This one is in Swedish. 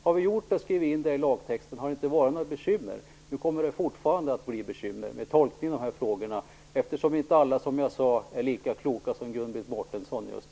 Hade detta skrivits in i lagtexten hade det inte varit några bekymmer. Nu kommer det fortfarande att bli bekymmer med tolkningen av de här frågorna eftersom inte alla, som jag sade, är lika kloka som Gun-Britt